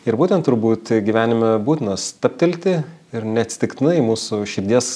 ir būtent turbūt gyvenime būtina stabtelti ir neatsitiktinai mūsų širdies